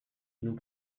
nous